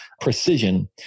Precision